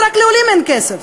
רק לעולים אין כסף.